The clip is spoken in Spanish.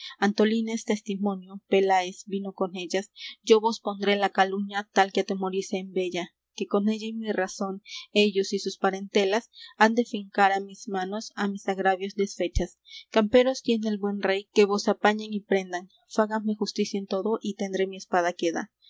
testimonio peláez vino con ellas yo vos pondré la caluña tal que atemorice en vella que con ella y mi razón ellos y sus parentelas han de fincar á mis manos á mis agravios desfechas camperos tiene el buen rey que vos apañen y prendan fágame justicia en todo y tendré mi espada queda